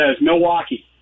Milwaukee